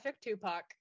Tupac